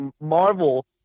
Marvel